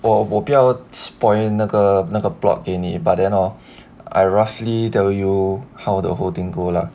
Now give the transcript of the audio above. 我我不要 spoil 那个那个 plot 给你 but then hor I roughly tell you how the whole thing go lah